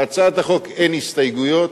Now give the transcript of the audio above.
להצעת החוק אין הסתייגויות,